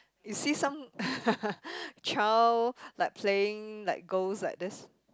you see some child like playing like gold like this